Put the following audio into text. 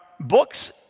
books